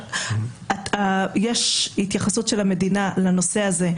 יש התייחסות של המדינה לנושא הזה,